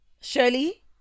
Shirley